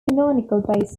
canonical